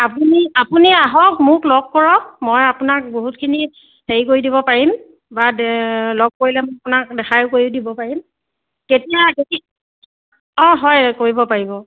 আপুনি আপুনি আহক মোক লগ কৰক মই আপোনাক বহুতখিনি হেৰি কৰি দিব পাৰিম বা লগ কৰিলে মোক আপোনাক দেখায়ো কৰি দিব পাৰিম কেতিয়া অঁ হয় কৰিব পাৰিব